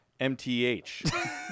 MTH